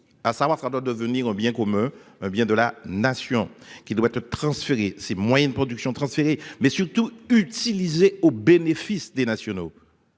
À savoir, ça doit devenir un bien commun bien de la nation qui doit être. Transféré ses moyens de production transférée mais surtout utilisé au bénéfice des nationaux.